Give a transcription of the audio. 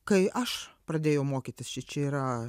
kai aš pradėjau mokytis šičia yra